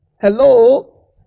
hello